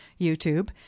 YouTube